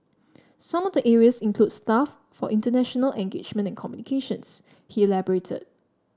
some of the areas include staff for international engagement and communications he elaborated